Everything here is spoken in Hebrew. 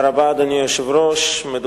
אדוני היושב-ראש, תודה רבה.